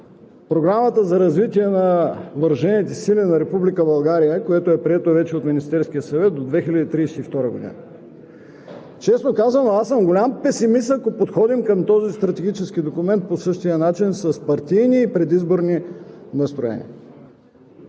Програмата за развитие на въоръжените сили на Република България, която вече е приета от Министерския съвет до 2032 г. Честно казано, аз съм голям песимист, ако подходим към този стратегически документ по същия начин с партийни и предизборни настроения.